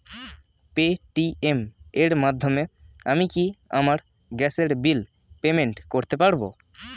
Paytm এর মাধ্যমে আমি কি আমার গ্যাসের বিল পেমেন্ট করতে পারব?